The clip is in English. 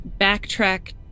backtrack